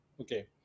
Okay